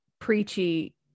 preachy